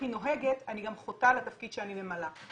היא נוהגת אני גם חוטאת לתפקיד שאני ממלאת.